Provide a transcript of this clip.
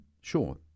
sure